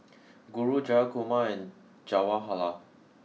Guru Jayakumar and Jawaharlal